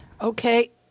Okay